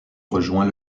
rejoint